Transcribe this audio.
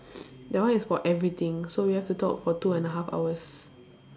that one is for everything so we have to talk for two and a half hours